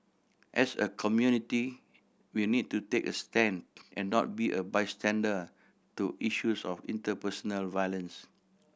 as a community we need to take a stand and not be a bystander to issues of interpersonal violence